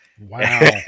Wow